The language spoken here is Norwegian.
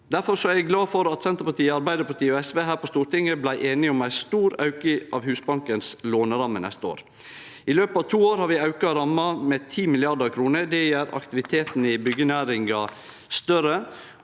difor er eg glad for at Senterpartiet, Arbeidarpartiet og SV her på Stortinget blei einige om ein stor auke i Husbankens låneramme neste år. I løpet av to år har vi auka ramma med 10 mrd. kr. Det gjer aktiviteten i byggenæringa større.